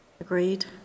Agreed